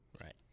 Right